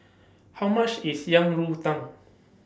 How much IS Yang Rou Tang